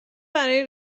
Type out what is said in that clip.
برای